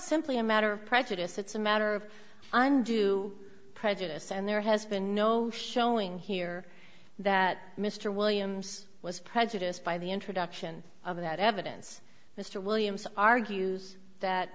simply a matter of prejudice it's a matter of undue prejudice and there has been no showing here that mr williams was prejudiced by the introduction of that evidence mr williams argues that